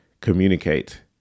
communicate